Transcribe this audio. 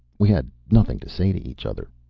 we had nothing to say to each other.